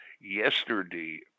yesterday